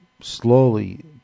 slowly